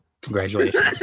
congratulations